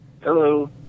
Hello